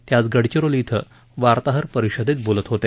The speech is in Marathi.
ते आज गडचिरोली धिं वार्ताहर परिषदेत बोलत होते